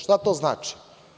Šta to znači?